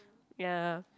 ya